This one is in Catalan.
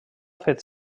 fet